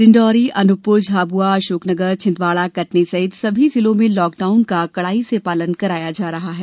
डिण्डोरी अनूपपुर झाबुआ अशोकनगर छिन्दवाड़ा कटनी सहित सभी जिलों में लॉकडाउन का कड़ाई से पालन किया जा रहा है